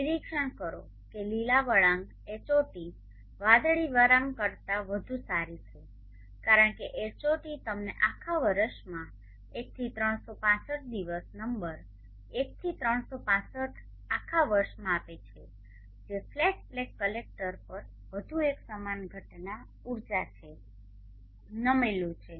નિરીક્ષણ કરો કે લીલા વળાંક Hot વાદળી વળાંક કરતાં વધુ સારી છે કારણ કે Hot તમને આખા વર્ષમાં 1 થી 365 દિવસ નંબર 1 થી 365 આખા વર્ષમાં આપે છે જે ફ્લેટ પ્લેટ કલેક્ટર પર વધુ એક સમાન ઘટના ઉર્જા છે નમેલું છે